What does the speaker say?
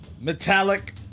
metallic